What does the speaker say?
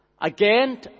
Again